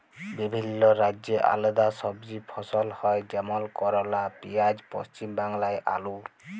বিভিল্য রাজ্যে আলেদা সবজি ফসল হ্যয় যেমল করলা, পিয়াঁজ, পশ্চিম বাংলায় আলু